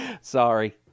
Sorry